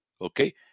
Okay